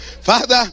Father